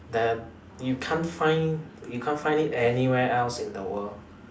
you can't find you can't find it anywhere else in the world